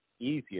easier